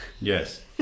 Yes